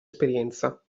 esperienza